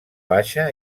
baixa